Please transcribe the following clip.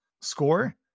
score